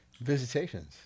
Visitations